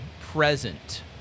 present